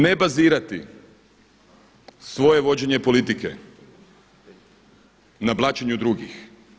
Ne bazirati svoje vođenje politike na blaćenju drugih.